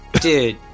Dude